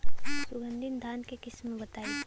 सुगंधित धान के किस्म बताई?